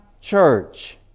church